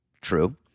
true